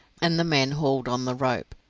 and the men hauled on the rope.